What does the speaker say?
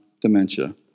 dementia